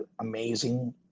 amazing